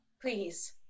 Please